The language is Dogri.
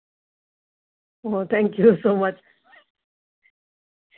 ओह् थैंक यू सो मच